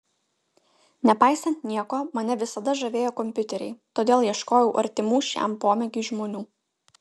nepaisant nieko mane visada žavėjo kompiuteriai todėl ieškojau artimų šiam pomėgiui žmonių